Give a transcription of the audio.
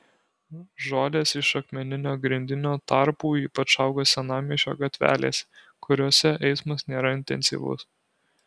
žolės iš akmeninio grindinio tarpų ypač auga senamiesčio gatvelėse kuriose eismas nėra intensyvus